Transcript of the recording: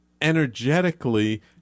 energetically